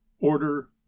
order